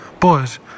Boys